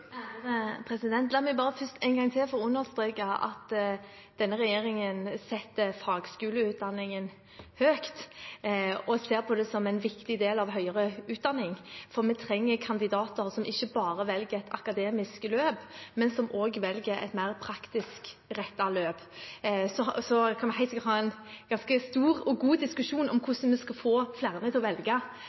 La meg bare først en gang til få understreke at denne regjeringen setter fagskoleutdanningen høyt og ser på det som en viktig del av høyere utdanning, for vi trenger kandidater som ikke bare velger et akademisk løp, men som velger et mer praktisk rettet løp. Så kan vi helt sikkert ha en ganske stor og god diskusjon om hvordan vi skal få flere til å velge